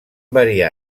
variar